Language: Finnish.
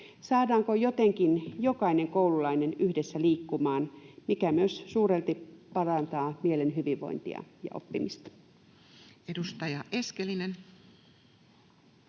Saadaanko jotenkin jokainen koululainen yhdessä liikkumaan, mikä myös suuresti parantaa mielen hyvinvointia ja oppimista? [Speech